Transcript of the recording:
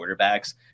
quarterbacks